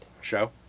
show